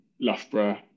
Loughborough